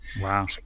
Wow